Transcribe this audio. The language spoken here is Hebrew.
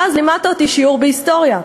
ואז לימדת אותי שיעור בהיסטוריה.